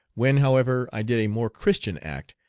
when, however, i did a more christian act,